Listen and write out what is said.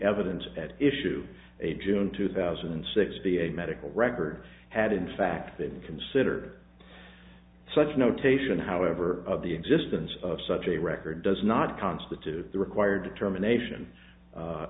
evidence at issue a june two thousand and sixty eight medical record had in fact been considered such notation however of the existence of such a record does not constitute the required termination